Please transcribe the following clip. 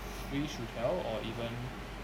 free 薯条 or even